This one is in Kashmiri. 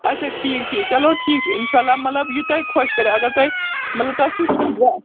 اَچھا ٹھیٖک ٹھیٖک چَلو ٹھیٖک چھُ اِنشااللہ مطلب یہِ تۄہہِ خۄش کَریو اگر تُہۍ مطلب تُہۍ چھُو کیٚنٛہہ ڈرٮ۪س